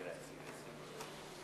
(מחיאות כפיים)